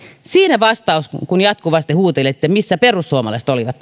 siinä vastaus kun kun jatkuvasti huutelette missä perussuomalaiset olivat